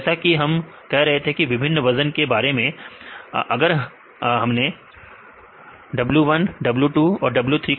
तो जैसा कि हम कह रहे थे विभिन्न वजन के बारे में अगर हमले w1 w2 और w3